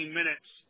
minutes